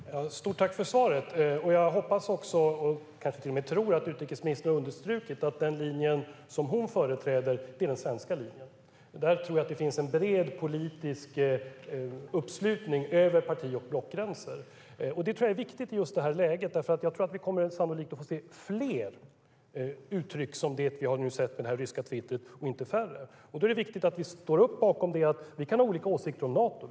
Fru talman! Stort tack för svaret! Jag hoppas också, och kanske till och med tror, att utrikesministern har understrukit att den linje som hon företräder är den svenska linjen. Där tror jag att det finns en bred politisk uppslutning över parti och blockgränser. Det tror jag är viktigt i just det här läget, för jag tror att vi sannolikt kommer att få se fler uttryck likt det vi nu har sett i den ryska tweeten och inte färre. Då är det viktigt att vi står upp bakom att vi kan ha olika åsikter om Nato.